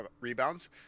rebounds